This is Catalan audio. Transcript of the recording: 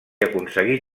aconseguí